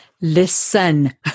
Listen